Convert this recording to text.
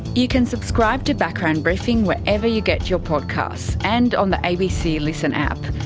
you can subscribe to background briefing wherever you get your podcasts and on the abc listen app.